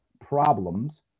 problems